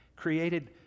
created